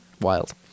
wild